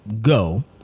go